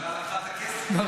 הממשלה לקחה את הכסף --- לא,